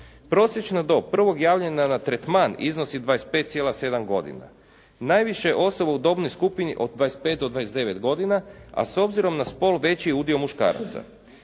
Prosječna dob prvog javljanja na tretman iznosi 25,7 godina. Najviše je osoba u dobnoj skupini od 25 do 29 godina, a s obzirom na spol veći udio muškaraca.